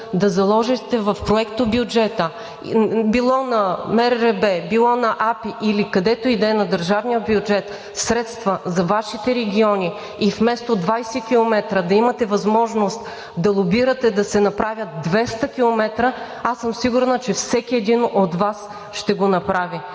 да заложите в проектобюджета – било на МРРБ, било на АПИ или където и да е на държавния бюджет, средства за Вашите региони и вместо 20 км да имате възможност да лобирате да се направят 200 км, аз съм сигурна, че всеки един от Вас ще го направи.